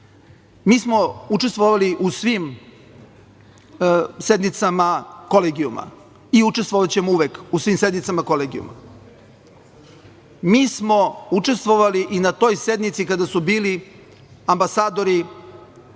Mi smo učestvovali u svim sednicama kolegijuma i učestvovaćemo uvek u svim sednicama kolegijuma. Mi smo učestvovali i na toj sednici kada su bili ambasadori,